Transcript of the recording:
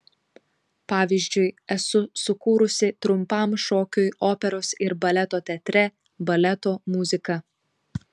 pavyzdžiui esu sukūrusi trumpam šokiui operos ir baleto teatre baleto muziką